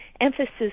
emphasis